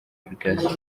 application